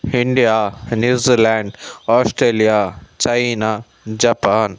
India New Zealand Australia China Japan